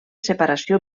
separació